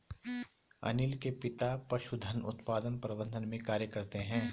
अनील के पिता पशुधन उत्पादन प्रबंधन में कार्य करते है